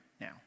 now